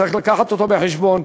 צריך לקחת אותו בחשבון,